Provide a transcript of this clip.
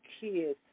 kids